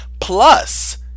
Plus